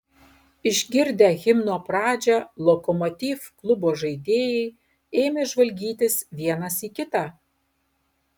išgirdę himno pradžią lokomotiv klubo žaidėjai ėmė žvalgytis vienas į kitą